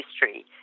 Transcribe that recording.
history